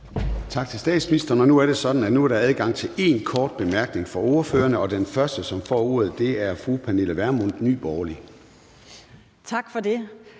Tak til statsministeren. Og nu er det sådan, at der er adgang til én kort bemærkning fra ordførerne, og den første, som får ordet, er fru Pernille Vermund, Nye Borgerlige.